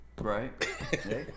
right